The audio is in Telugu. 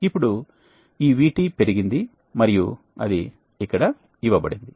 ఇప్పుడు ఈ VT పెరిగింది మరియు అది ఇక్కడ ఇవ్వబడింది